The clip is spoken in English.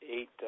eight